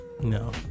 No